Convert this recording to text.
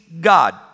God